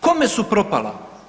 Kome su propala?